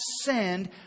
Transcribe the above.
send